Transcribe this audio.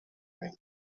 ring